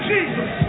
Jesus